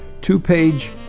two-page